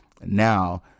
Now